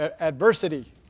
adversity